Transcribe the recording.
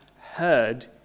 heard